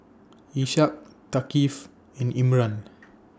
Ishak Thaqif and Imran